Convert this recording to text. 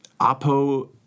Apo